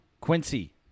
Quincy